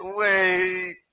wait